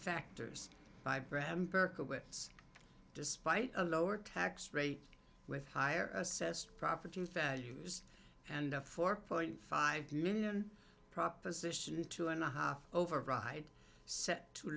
berkowitz despite a lower tax rate with higher assessed property values and a four point five million proposition a two and a half override set to